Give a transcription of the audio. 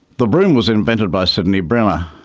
the broom was invented by sydney brenner.